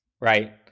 right